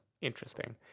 interesting